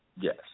Yes